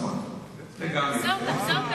תחזור.